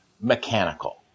mechanical